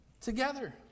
together